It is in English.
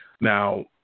Now